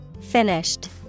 Finished